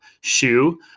shoe